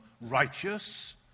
righteous